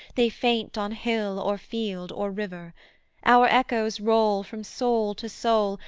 they faint on hill or field or river our echoes roll from soul to soul,